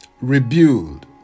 rebuild